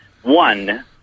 One